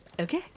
Okay